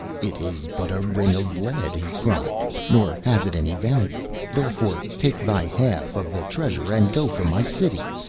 it is but a ring of lead, he cried, nor has it any value. therefore take thy half of the treasure and go from my city.